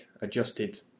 adjusted